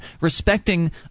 respecting